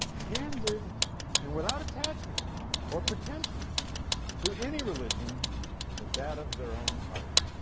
candid and without attachment or pretensions to any religion but that of their own heart.